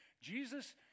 Jesus